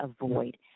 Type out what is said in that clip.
avoid